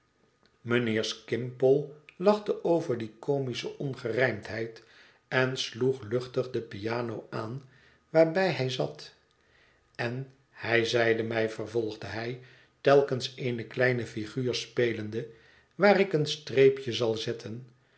mijnheer skimpole lachte over die comische ongerijmdheid en sloeg luchtig de piano aan waarbij hij zat en hij zeide mij vervolgde hij telkens eene kleine figuur spelende waar ik een streepje zal zetten